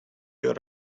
your